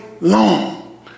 long